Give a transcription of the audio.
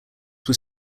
were